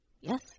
Yes